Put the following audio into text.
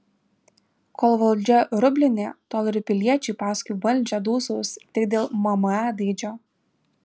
kol valdžia rublinė tol ir piliečiai paskui valdžią dūsaus tik dėl mma dydžio